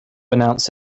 announce